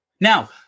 Now